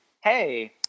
hey